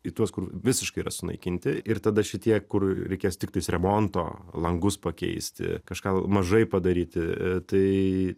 į tuos kur visiškai yra sunaikinti ir tada šitie kur reikės tiktais remonto langus pakeisti kažką mažai padaryti tai